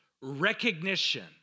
Recognition